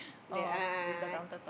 the a'ah a'ah